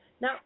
Now